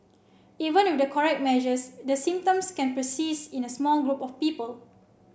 even with the correct measures the symptoms can persist in a small group of people